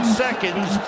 seconds